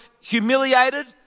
humiliated